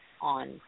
on